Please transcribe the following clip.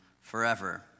forever